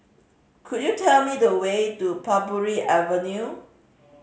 could you tell me the way to Parbury Avenue